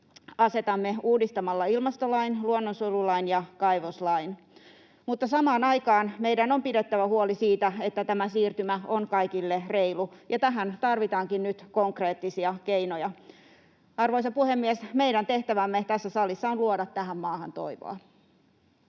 asetamme uudistamalla ilmastolain, luonnonsuojelulain ja kaivoslain. Mutta samaan aikaan meidän on pidettävä huoli siitä, että tämä siirtymä on kaikille reilu, ja tähän tarvitaankin nyt konkreettisia keinoja. Arvoisa puhemies! Meidän tehtävämme tässä salissa on luoda tähän maahan toivoa.